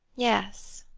yes,